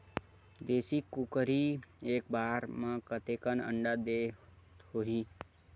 देशी कुकरी एक बार म कतेकन अंडा देत होही?